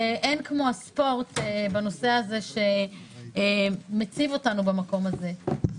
ואין כמו הספורט בנושא הזה שמציב אותנו במקום הזה.